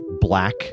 black